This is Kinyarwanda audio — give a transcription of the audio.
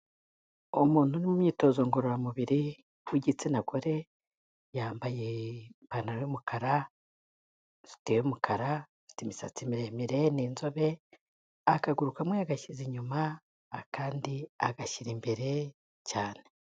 Umuntu uri mu myitozo ngororamubiri w'igitsina gore, yambaye ipantaro y'umukara, isutiye y'umukara, afite imisatsi miremire ni inzobe, akaguru kamwe yagashyize inyuma, akandi agashyira imbere cyane.